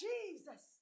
Jesus